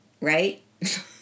Right